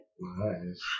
Nice